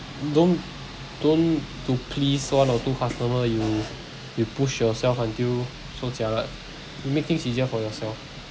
don't don't to please one or two customer you you push yourself until so jialat you make things easier for yourself